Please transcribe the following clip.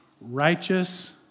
Righteous